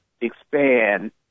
expand